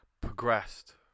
progressed